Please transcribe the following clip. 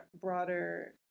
Broader